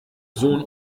sohn